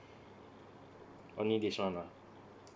only this one ah